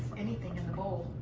anything in the bowl.